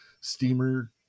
steamer